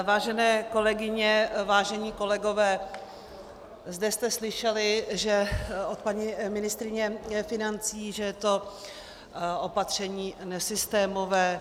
Vážené kolegyně, vážení kolegové, zde jste slyšeli od paní ministryně financí, že je to opatření nesystémové.